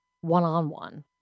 one-on-one